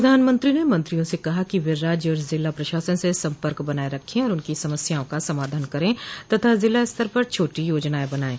प्रधानमंत्री ने मंत्रियों से कहा कि वे राज्य और जिला प्रशासन से सपर्क बनाये रखें और उनकी समस्याआ का समाधान करें तथा जिला स्तर पर छोटी योजनाएं बनायें